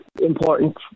important